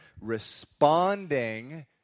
responding